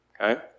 okay